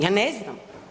Ja ne znam.